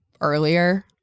earlier